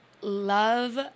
love